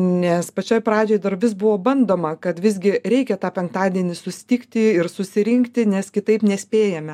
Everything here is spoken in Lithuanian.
nes pačioj pradžioj vis buvo bandoma kad visgi reikia tą penktadienis tikti ir susirinkti nes kitaip nespėjame